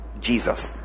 Jesus